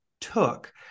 took